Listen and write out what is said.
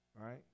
right